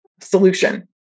solution